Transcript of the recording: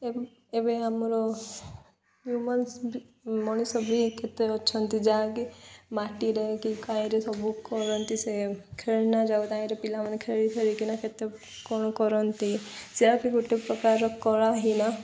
ଏବ୍ ଏବେ ଆମର ହ୍ୟୁମାନସ୍ ବି ମଣିଷ ବି କେତେ ଅଛନ୍ତି ଯାହାକି ମାଟିରେ କି କାଈଁରେ ସବୁ କରନ୍ତି ସେ ଖେଳନା ଯାଉ ତାହିଁରେ ପିଲାମାନେ ଖେଳି ଖେଳିକିନା କେତେ କ'ଣ କରନ୍ତି ସେହା ବି ଗୋଟେ ପ୍ରକାର କଳହୀନ